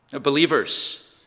Believers